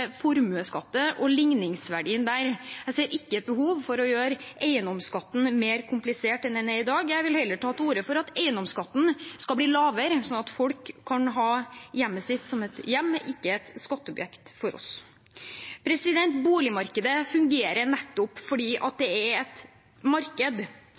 formuesskatt og ligningsverdien der. Jeg ser ikke et behov for å gjøre eiendomsskatten mer komplisert enn den er i dag – jeg vil heller ta til orde for at eiendomsskatten skal bli lavere, slik at folk kan ha hjemmet sitt som et hjem, ikke som et skatteobjekt for oss. Boligmarkedet fungerer nettopp fordi det er et marked.